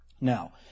Now